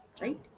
right